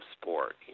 sport